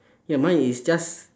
ya mine is just